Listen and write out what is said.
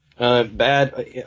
Bad